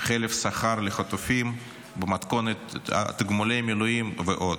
חלף שכר לחטופים במתכונת תגמולי מילואים ועוד.